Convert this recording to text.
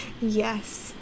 Yes